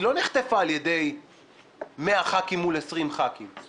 היא לא נחטפה על ידי 100 חברי כנסת מול 20 חברי כנסת.